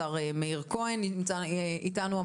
השר מאיר כהן יהיה איתנו,